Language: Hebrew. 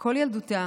כל ילדותה